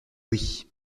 oui